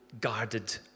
guarded